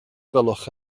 gwelwch